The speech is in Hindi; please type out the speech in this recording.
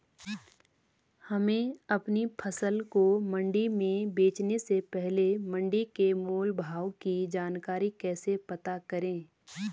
हमें अपनी फसल को मंडी में बेचने से पहले मंडी के मोल भाव की जानकारी कैसे पता करें?